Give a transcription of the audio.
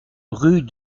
rue